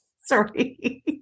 Sorry